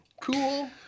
Cool